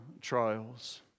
trials